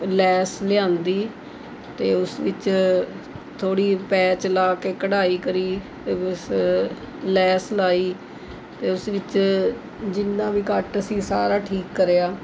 ਲੈਸ ਲਿਆਂਦੀ ਅਤੇ ਉਸ ਵਿੱਚ ਥੋੜ੍ਹੀ ਪੈਚ ਲਾ ਕੇ ਕਢਾਈ ਕਰੀ ਅਤੇ ਬਸ ਲੈਸ ਲਾਈ ਅਤੇ ਉਸ ਵਿੱਚ ਜਿੰਨਾ ਵੀ ਕੱਟ ਸੀ ਸਾਰਾ ਠੀਕ ਕਰਿਆ